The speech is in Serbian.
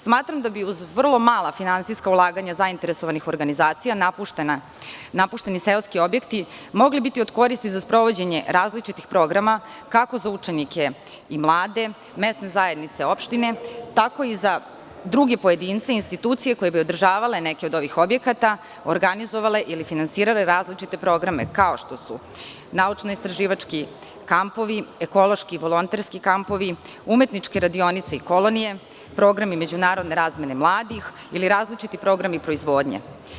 Smatram da bi uz vrlo mala finansijska ulaganja zainteresovanih organizacija napušteni seoski objekti mogli biti od koristi za sprovođenje različitih programa, kako za učenike i mlade mesne zajednice opštine, tako i za druge pojedince, institucije koje bi održavale neke od ovih objekata, organizovale ili finansirale različite programe kao što su naučno istraživački kampovi, ekološki volonterski kampovi, umetničke radionice i kolonije, programi međunarodne razmene mladih ili različiti programi proizvodnje.